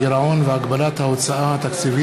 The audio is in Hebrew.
הודעה למזכירות הכנסת, בבקשה.